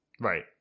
Right